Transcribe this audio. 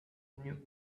new